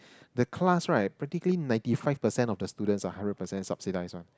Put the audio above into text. the class right practically ninety five percent of the students are hundred percent subsidised one